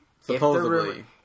Supposedly